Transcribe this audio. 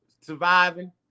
surviving